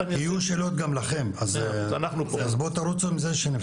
יהיו שאלות אליכם אז תרוצו בבקשה כדי שנוכל לפתוח לשאלות.